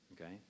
Okay